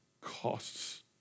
costs